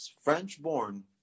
French-born